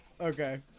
Okay